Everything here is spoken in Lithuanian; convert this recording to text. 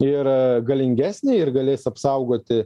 ir galingesnė ir galės apsaugoti